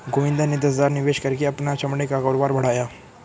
गोविंद ने दस हजार निवेश करके अपना चमड़े का कारोबार बढ़ाया